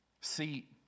See